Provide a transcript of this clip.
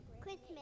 Christmas